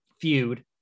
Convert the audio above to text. feud